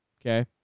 Okay